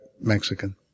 Mexican